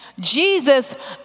Jesus